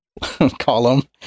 column